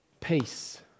peace